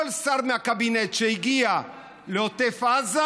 כל שר מהקבינט שהגיע לעוטף עזה,